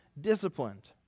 disciplined